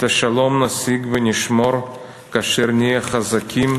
את השלום נשיג ונשמור כאשר נהיה חזקים,